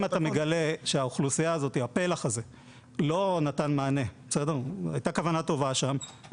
אם אתה מגלה שפלח האוכלוסייה הזה לא נתן מענה הייתה כוונה טובה שם,